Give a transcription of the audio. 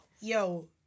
Yo